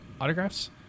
autographs